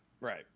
Right